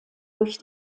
durch